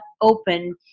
open